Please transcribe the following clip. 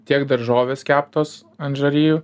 tiek daržovės keptos ant žarijų